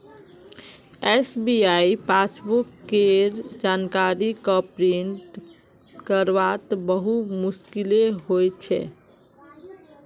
SBI passbook केर जानकारी क प्रिंट करवात बहुत मुस्कील हो छे